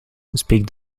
speak